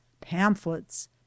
pamphlets